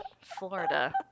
Florida